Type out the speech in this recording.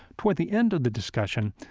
toward the end of the discussion,